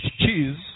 cheese